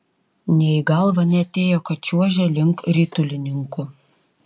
nė į galvą neatėjo kad čiuožia link ritulininkų